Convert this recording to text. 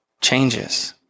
changes